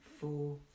Four